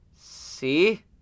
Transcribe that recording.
See